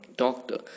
doctor